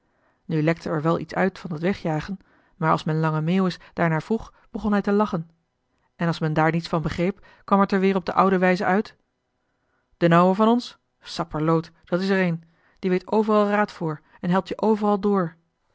lekte er wel iets uit van dat wegjagen maar als men lange meeuwis daarnaar vroeg begon hij te lachen en als men daar niets van begreep kwam het er weer op de oude wijze uit d'n ouwe van ons sapperloot dat is er een die weet overal raad voor en helpt je overal door